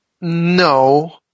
No